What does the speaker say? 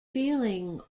feeling